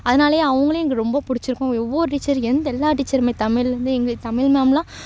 அதனாலயே அவங்களையும் எங்களுக்கு ரொம்ப பிடிச்சிருக்கும் ஒவ்வொரு டீச்சர் எந்த எல்லா டீச்சருமே தமிழ்லேருந்து இங்கிலி தமிழ் மேம்லாம்